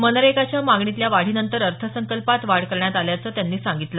मनरेगाच्या मागणीतल्या वाढीनंतर अर्थसंकल्पात वाढ करण्यात आल्याचं त्यांनी सांगितलं